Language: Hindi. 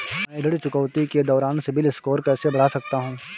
मैं ऋण चुकौती के दौरान सिबिल स्कोर कैसे बढ़ा सकता हूं?